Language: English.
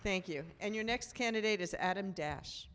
thank you and your next candidate is adam das